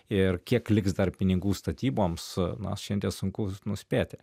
ir kiek liks dar pinigų statyboms na šiandie sunku nuspėti